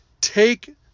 Take